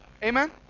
Amen